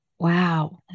Wow